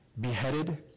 beheaded